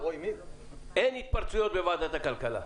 אין התפרצויות בוועדת הכלכלה.